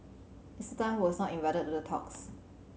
Mister Tan who was not invited to the talks